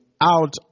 out